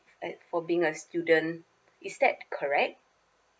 at for being a student is that correct